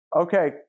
Okay